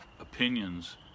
opinions